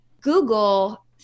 Google